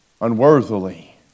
Unworthily